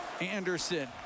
Anderson